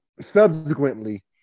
Subsequently